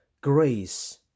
grace